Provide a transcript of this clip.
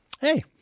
Hey